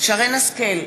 שרן השכל,